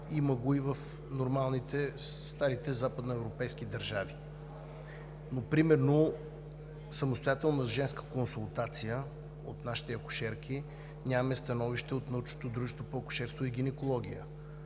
Има го и в нормалните, старите западноевропейски държави. Но примерно за самостоятелна женска консултация от нашите акушерки нямаме становище от Научното дружество по акушерство и гинекология.